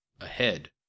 ahead